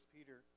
Peter